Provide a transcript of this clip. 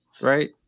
right